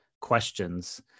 Questions